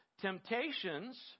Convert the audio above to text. Temptations